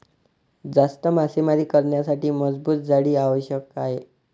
जास्त मासेमारी करण्यासाठी मजबूत जाळी आवश्यक आहे